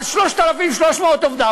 על 3,300 עובדיו,